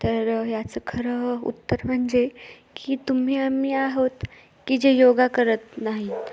तर याचं खरं उत्तर म्हणजे की तुम्ही आम्ही आहोत की जे योगा करत नाहीत